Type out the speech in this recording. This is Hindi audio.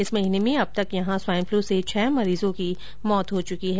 इस महीने में अब तक स्वाइन फ्लू से छह मरीजों की मौत हो चुकी है